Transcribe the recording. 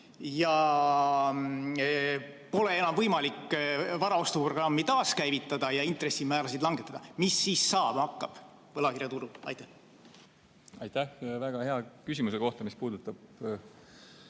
ja pole enam võimalik varaostuprogrammi taaskäivitada ja intressimäärasid langetada? Mis siis saama hakkab võlakirjaturul? Aitäh väga hea küsimuse eest, mis puudutab